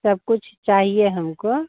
सब कुछ चाहिए हमको